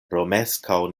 romeskaŭ